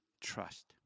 trust